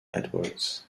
edwards